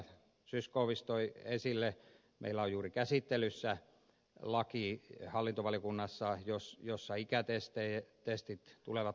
zyskowicz toi esille meillä on juuri hallintovaliokunnassa käsittelyssä laki jossa ikätestit tulevat laillisiksi